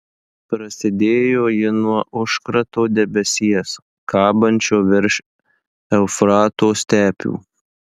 prasidėjo ji nuo užkrato debesies kabančio virš eufrato stepių